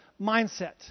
mindset